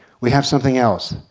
we have something else.